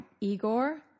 Igor